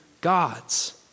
gods